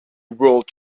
world